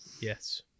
Yes